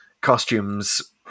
costumes